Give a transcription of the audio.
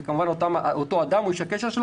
וכמובן אותו אדם או איש הקשר,